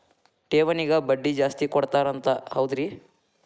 ಠೇವಣಿಗ ಬಡ್ಡಿ ಜಾಸ್ತಿ ಕೊಡ್ತಾರಂತ ಹೌದ್ರಿ?